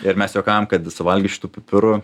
ir mes juokaujam kad suvalgę šitų pipirų